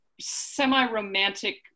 semi-romantic